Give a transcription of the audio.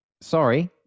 Sorry